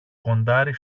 κοντάρι